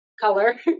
color